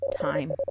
time